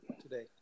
today